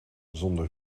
zonder